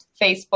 Facebook